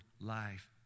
life